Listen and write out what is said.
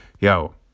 yo